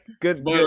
good